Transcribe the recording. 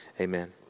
amen